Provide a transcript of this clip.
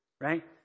right